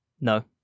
No